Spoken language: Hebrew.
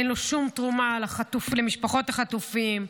אין לו שום תרומה למשפחות החטופים,